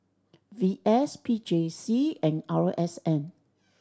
V S P J C and R S N